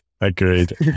Agreed